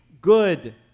good